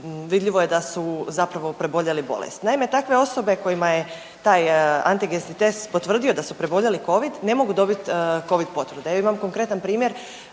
vidljivo je da su zapravo preboljeli bolest. Naime, takve osobe kojima je taj antigenski test potvrdio da su preboljeli covid ne mogu dobit covid potvrde. Ja imam konkretan primjer